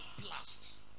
blast